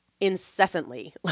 incessantly